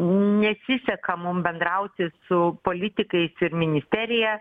nesiseka mum bendrauti su politikais ir ministerija